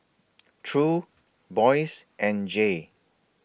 True Boyce and Jay